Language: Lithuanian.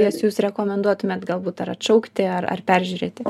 jas jūs rekomenduotumėt galbūt ar atšaukti ar ar peržiūrėti